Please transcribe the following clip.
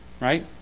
right